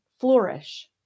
flourish